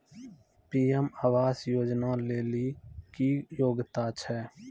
PM आवास योजना लेली की योग्यता छै?